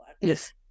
Yes